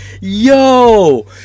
Yo